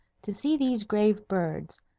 to see these grave birds,